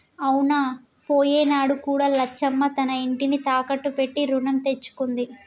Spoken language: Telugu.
అవునా పోయినేడు కూడా లచ్చమ్మ తన ఇంటిని తాకట్టు పెట్టి రుణం తెచ్చుకుంది